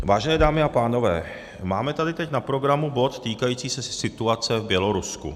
Vážené dámy a pánové, máme tady teď na programu bod týkající se situace v Bělorusku.